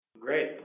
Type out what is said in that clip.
Great